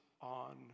on